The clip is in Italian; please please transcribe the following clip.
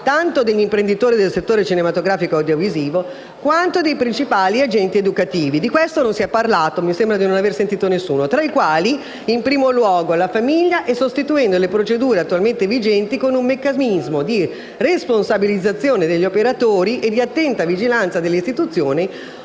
tanto degli imprenditori del settore cinematografico e audiovisivo, quanto dei principali agenti educativi (di questo non si è parlato, mi sembra di non avere sentito nessuno), tra i quali in primo luogo la famiglia, e sostituendo le procedure attualmente vigenti con un meccanismo di responsabilizzazione degli operatori e di attenta vigilanza delle istituzioni